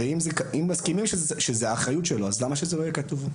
אם מסכימים על כך שזוהי האחריות שלו למה שזה לא יהיה כתוב?